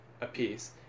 apiece